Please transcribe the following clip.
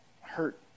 Hurt